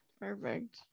Perfect